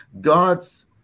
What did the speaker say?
God's